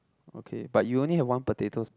okay but you only have one potatoes